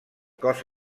cos